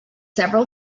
several